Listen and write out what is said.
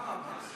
אממה?